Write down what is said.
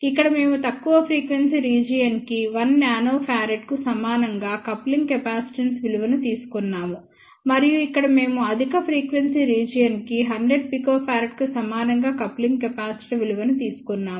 ఇక్కడ మేము తక్కువ ఫ్రీక్వెన్సీ రీజియన్ కి 1 nF కు సమానంగా కప్లింగ్ కెపాసిటెన్స్ విలువలను తీసుకున్నాము మరియు ఇక్కడ మేము అధిక ఫ్రీక్వెన్సీ రీజియన్ కి 100 pF కు సమానంగా కప్లింగ్ కెపాసిటర్ విలువను తీసుకున్నాము